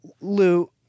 Lou